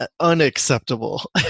unacceptable